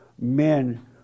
men